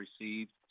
received